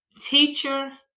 teacher